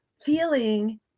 feeling